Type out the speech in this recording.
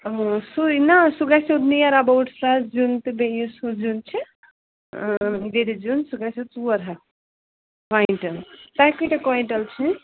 سُے نہ سُہ گَژھیو نِیَر اٮ۪باوُٹ سۄ زیُن تہٕ بیٚیہِ یُس ہُہ زیُن چھِ وِرِ زیُن سُہ گَژھیو ژور ہَتھ کویِنٛٹَل تۄہہِ کۭتیٛاہ کویِنٛٹَل چھِ